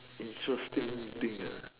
interesting thing ah